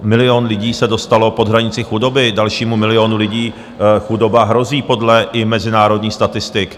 Milion lidí se dostalo pod hranici chudoby, dalšímu milionu lidi chudoba hrozí i podle mezinárodních statistik.